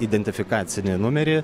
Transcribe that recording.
identifikacinį numerį